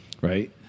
Right